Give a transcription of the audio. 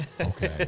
okay